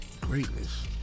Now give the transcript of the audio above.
Greatness